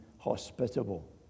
Hospitable